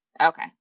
Okay